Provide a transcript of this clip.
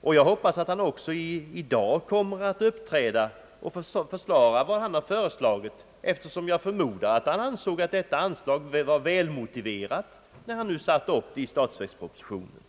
Jag hoppas att han också i dag kommer att uppträda och försvara vad han föreslagit, eftersom jag förmodar att han ansåg att detta anslag var välmotiverat när han satte upp det i statsverkspropositionen.